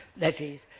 that is,